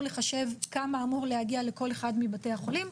לחשב כמה אמור להגיע לכל אחד מבתי החולים,